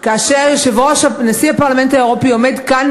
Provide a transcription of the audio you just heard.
כאשר נשיא הפרלמנט האירופי עומד כאן,